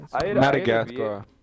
Madagascar